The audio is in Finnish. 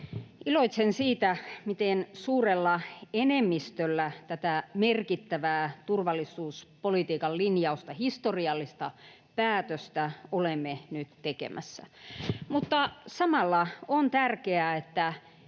Iloitsen siitä, miten suurella enemmistöllä tätä merkittävää turvallisuuspolitiikan linjausta, historiallista päätöstä, olemme nyt tekemässä. Mutta samalla on tärkeää,